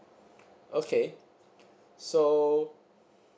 okay so